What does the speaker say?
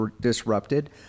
disrupted